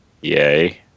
Yay